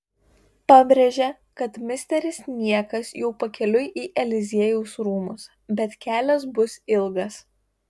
pabrėžia kad misteris niekas jau pakeliui į eliziejaus rūmus bet kelias bus ilgas